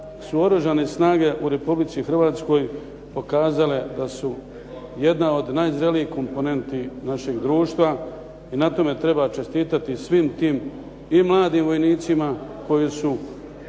su Oružane snage u Republici Hrvatskoj pokazale da su jedna od najzrelijih komponenti našeg društva i na tome treba čestitati svim tim i mladim vojnicima koji su